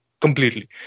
completely